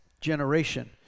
generation